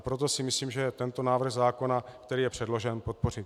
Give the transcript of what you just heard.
Proto si myslím, že je třeba tento návrh zákona, který je předložen, podpořit.